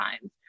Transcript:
times